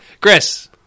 Chris